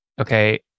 Okay